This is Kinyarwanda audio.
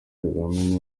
kagame